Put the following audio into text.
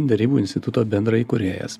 derybų instituto bendraįkūrėjas